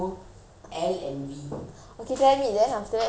okay tell me then after that so he wanted to bring them out for buffet